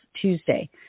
Tuesday